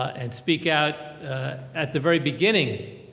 and speak out at the very beginning,